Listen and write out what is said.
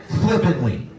flippantly